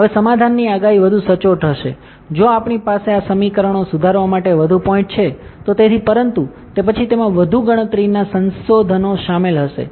હવે સમાધાનની આગાહી વધુ સચોટ હશે જો આપણી પાસે આ સમીકરણો સુધારવા માટે વધુ પોઇન્ટ છે તો તેથી પરંતુ તે પછી તેમાં વધુ ગણતરીના સંસાધનો શામેલ હશે